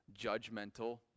judgmental